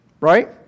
right